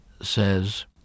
Says